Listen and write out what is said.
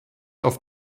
auf